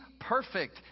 perfect